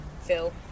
Phil